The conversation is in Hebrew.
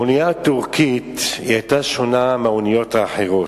האונייה הטורקית היתה שונה מהאוניות האחרות.